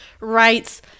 rights